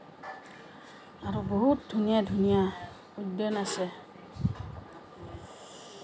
আৰু বহুত ধুনীয়া ধুনীয়া উদ্যান আছে